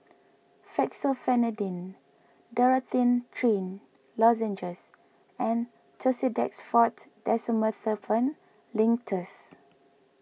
Fexofenadine Dorithricin Lozenges and Tussidex forte Dextromethorphan Linctus